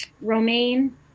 romaine